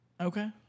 Okay